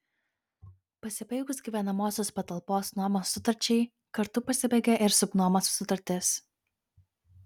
pasibaigus gyvenamosios patalpos nuomos sutarčiai kartu pasibaigia ir subnuomos sutartis